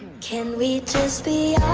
can we just be